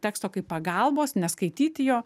teksto kaip pagalbos neskaityti jo